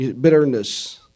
bitterness